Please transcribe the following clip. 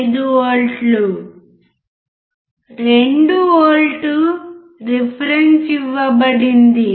5 వోల్ట్ల 2V reference ఇవ్వబడింది